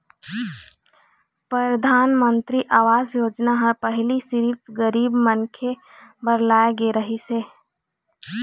परधानमंतरी आवास योजना ह पहिली सिरिफ गरीब मनखे बर लाए गे रहिस हे